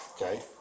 Okay